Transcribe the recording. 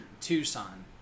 Tucson